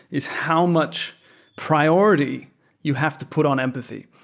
is how much priority you have to put on empathy,